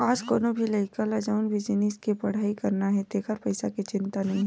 आज कोनो भी लइका ल जउन भी जिनिस के पड़हई करना हे तेखर पइसा के चिंता नइ हे